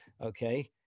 okay